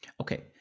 Okay